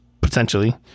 potentially